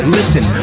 listen